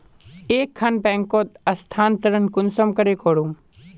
एक खान बैंकोत स्थानंतरण कुंसम करे करूम?